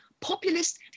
populist